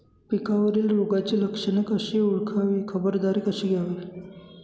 पिकावरील रोगाची लक्षणे कशी ओळखावी, खबरदारी कशी घ्यावी?